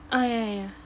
ah yeah yeah